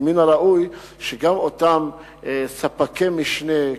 מן הראוי שגם אותם ספקי משנה,